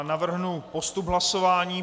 Navrhnu postup hlasování.